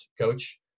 coach